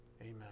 Amen